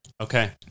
Okay